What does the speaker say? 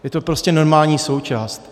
Je to prostě normální součást.